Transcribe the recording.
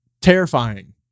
terrifying